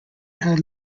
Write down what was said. had